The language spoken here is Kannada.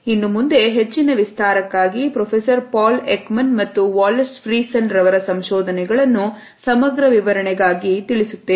ಇನ್ನು ಮುಂದೆ ಹೆಚ್ಚಿನ ವಿಸ್ತಾರಕ್ಕಾಗಿ ಪ್ರೊಸೆಸರ್ Paul Ekman ಮತ್ತು Wallace Friesen ರವರ ಸಂಶೋಧನೆಗಳನ್ನು ಸಮಗ್ರ ವಿವರಣೆಗಾಗಿ ತಿಳಿಸುತ್ತೇನೆ